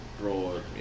broad